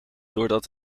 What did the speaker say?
doordat